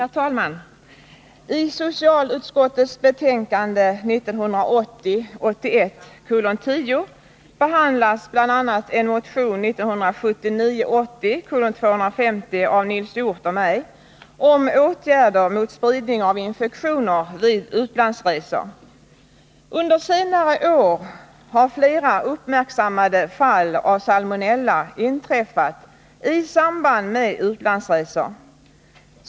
Herr talman! I socialutskottets betänkande 1980 80:250 av Nils Hjorth och mig om åtgärder mot spridning av infektioner vid utlandsresor. Under senare år har flera uppmärksammade fall av salmonella inträffat i samband med utlandsresor.